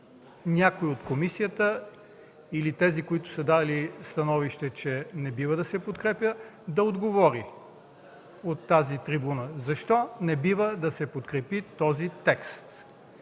някой от комисията или от тези, които са дали становище, че не бива да се подкрепя, да отговори от тази трибуна защо не бива да се подкрепи този текст?